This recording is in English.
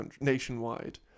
nationwide